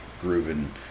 grooving